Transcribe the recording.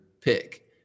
pick